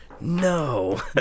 No